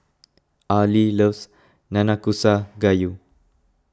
Arley loves Nanakusa Gayu